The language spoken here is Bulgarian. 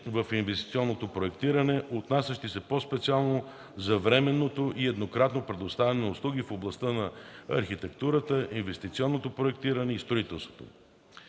в инвестиционното проектиране, отнасящи се по-специално за временното и еднократното предоставяне на услуги в областта на архитектурата, инвестиционното проектиране и строителството.